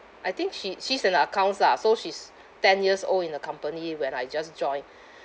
I think she she's in accounts lah so she's ten years old in the company when I just joined